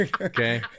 Okay